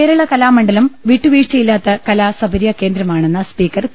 കേരള കലാമണ്ഡലം വിട്ടുവീഴ്ചയില്ലാത്ത കലാസപര്യാകേന്ദ്രമാ ണെന്ന് സ്പീക്കർ പി